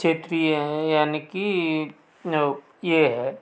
क्षेत्रीय हैं यानी कि न्यौ ये है